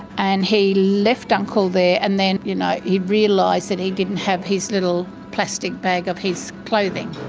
and he left uncle there. and then you know he realised that he didn't have his little plastic bag of his clothing,